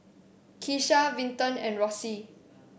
Keesha Vinton and Rossie